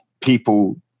people